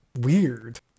weird